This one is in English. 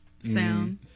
sound